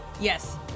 Yes